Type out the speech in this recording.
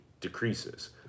decreases